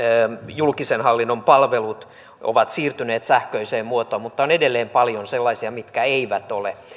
julkisen hallinnon palvelut ovat siirtyneet sähköiseen muotoon mutta on edelleen paljon sellaisia mitkä eivät ole